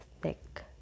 thick